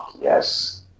yes